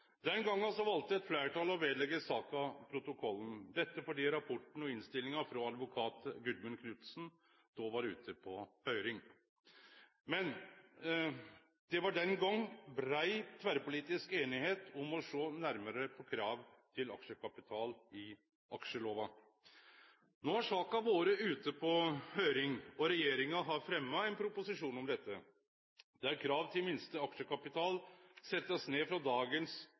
Den gongen valde eit fleirtal å leggje saka ved protokollen – dette fordi rapporten og innstillinga frå advokat Gudmund Knudsen da var ute på høyring. Det var den gongen brei tverrpolitisk einigheit om å sjå nærare på krav til aksjekapital i aksjelova. No har saka vore ute på høyring, og regjeringa har fremja ein proposisjon om dette, der krav til minste aksjekapital blir sett ned frå dagens